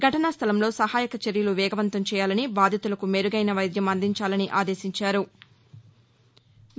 ఘటనా స్లలంలో సహాయక చర్యలు వేగవంతం చేయాలని బాధితులకు మెరుగైన వైద్యం అందించాలని ఆదేశించారు